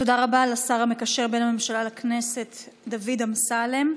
תודה רבה לשר המקשר בין הממשלה לכנסת דוד אמסלם.